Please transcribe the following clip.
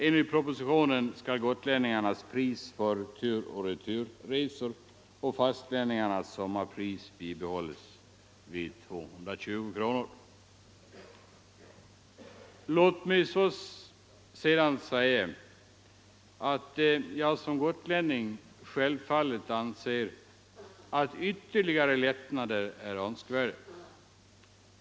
Enligt propositionen skall gotlänningarnas pris för tur och returresor och fastlänningarnas sommarpris bibehållas vid 220 kronor. Jag som gotlänning anser självfallet att ytterligare lättnader är önskvärda.